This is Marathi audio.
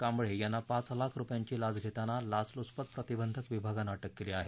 कांबळे यांना पाच लाख रूपयांची लाच घेताना लाचलुचपत प्रतिबंधक विभागानं अटक केली आहे